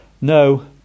No